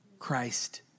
Christ